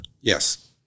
Yes